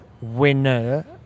winner